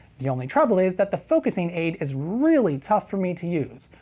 the only trouble is that the focusing aid is really tough for me to use.